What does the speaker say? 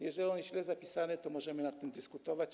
Jeżeli on jest źle napisany, to możemy nad tym dyskutować.